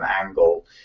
angle